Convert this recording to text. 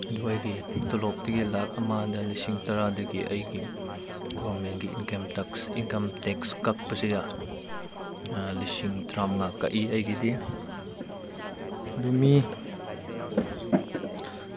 ꯑꯗꯨ ꯑꯩꯒꯤ ꯇꯣꯂꯣꯞꯇꯤ ꯂꯥꯛ ꯑꯃꯗ ꯂꯤꯁꯤꯡ ꯇꯔꯥꯗꯒꯤ ꯑꯩꯒꯤ ꯒꯣꯔꯃꯦꯟꯒꯤ ꯏꯟꯀꯝ ꯇꯦꯛꯁ ꯏꯟꯀꯝ ꯇꯦꯛꯁ ꯀꯛꯄꯁꯤꯗ ꯂꯤꯁꯤꯡ ꯇꯔꯥ ꯃꯉꯥ ꯀꯛꯏ ꯑꯩꯒꯤꯗꯤ ꯑꯗꯨ ꯃꯤ